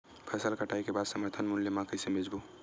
फसल कटाई के बाद समर्थन मूल्य मा कइसे बेचबो?